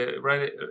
right